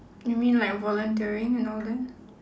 you mean like volunteering and all that